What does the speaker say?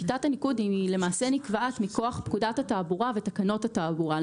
שיטת הניקוד היא למעשה נקבעת מכוח פקודת התעבורה ותקנות התעבורה.